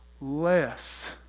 less